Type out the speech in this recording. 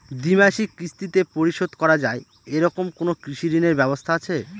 দ্বিমাসিক কিস্তিতে পরিশোধ করা য়ায় এরকম কোনো কৃষি ঋণের ব্যবস্থা আছে?